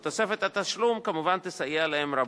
ותוספת התשלום כמובן תסייע להם רבות.